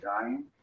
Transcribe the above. dying